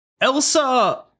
Elsa